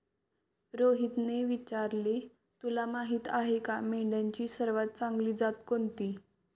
रोहितने विचारले, तुला माहीत आहे का मेंढ्यांची सर्वात चांगली जात कोणती?